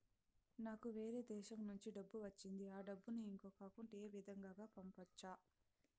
నాకు వేరే దేశము నుంచి డబ్బు వచ్చింది ఆ డబ్బును ఇంకొక అకౌంట్ ఏ విధంగా గ పంపొచ్చా?